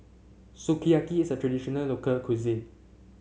sukiyaki is a traditional local cuisine